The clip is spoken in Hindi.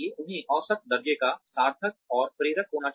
उन्हें औसत दर्जे का सार्थक और प्रेरक होना चाहिए